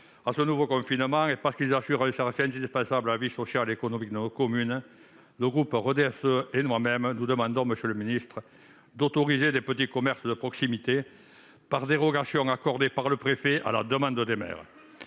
à ce nouveau confinement, et parce qu'ils assurent un service indispensable à la vie sociale et économique de nos communes et de nos territoires, le groupe RDSE et moi-même vous demandons, monsieur le ministre, d'autoriser l'ouverture des petits commerces de proximité par dérogation accordée par le préfet, à la demande des maires.